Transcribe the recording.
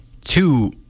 two